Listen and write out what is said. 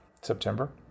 September